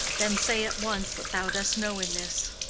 then say at once what thou dost know in this.